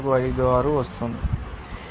001452 వస్తుంది